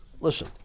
listen